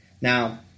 Now –